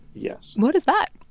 yes what is that?